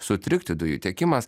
sutrikti dujų tiekimas